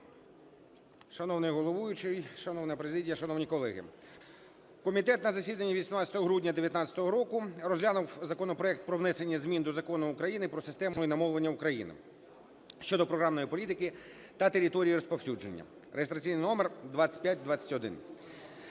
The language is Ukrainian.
Шановний головуючий, шановна президія, шановні колеги! Комітет на засіданні 18 грудня 19-го року розглянув законопроект про внесення змін до Закону України "Про систему іномовлення України" (щодо програмної політики та території розповсюдження) (реєстраційний номер 2521).